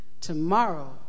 tomorrow